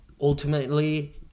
ultimately